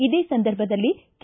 ಇದೇ ಸಂದರ್ಭದಲ್ಲಿ ಕೆ